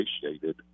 appreciated